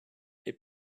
they